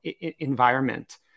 environment